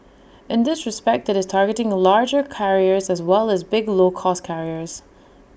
in this respect IT is targeting larger carriers as well as big low cost carriers